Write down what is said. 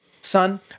son